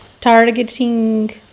targeting